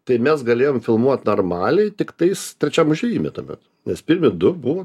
tai mes galėjom filmuot normaliai tiktais trečiam užėjime tuomet nes pirmi du buvo